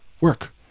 Work